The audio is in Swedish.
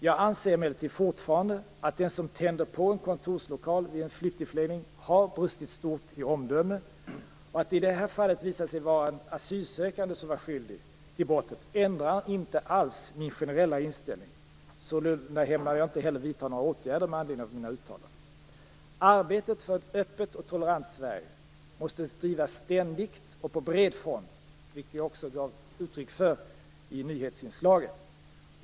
Jag anser emellertid fortfarande att den som tänder eld på en kontorslokal vid en flyktingförläggning har brustit stort i omdöme. Att det i detta fall visade sig att det var en asylsökande som var skyldig till brottet ändrar inte min generella inställning. Sålunda ämnar jag inte heller vidta några åtgärder med anledning av mina uttalanden. Arbetet för ett öppet och tolerant Sverige måste drivas ständigt och på bred front, vilket jag också gav uttryck för i nyhetsinslaget.